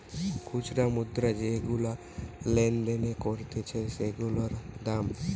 খুচরা মুদ্রা যেগুলা লেনদেন করতিছে সেগুলার দাম